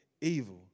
evil